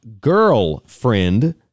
girlfriend